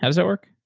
how does it work?